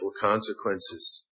consequences